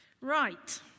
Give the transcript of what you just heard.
right